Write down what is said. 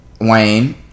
Wayne